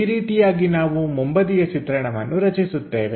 ಈ ರೀತಿಯಾಗಿ ನಾವು ಮುಂಬದಿಯ ಚಿತ್ರಣವನ್ನು ರಚಿಸುತ್ತೇವೆ